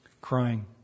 crying